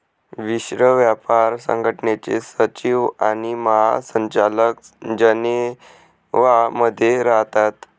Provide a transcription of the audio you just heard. विश्व व्यापार संघटनेचे सचिव आणि महासंचालक जनेवा मध्ये राहतात